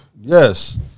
Yes